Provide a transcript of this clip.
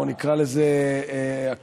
או נקרא לזה בניינים,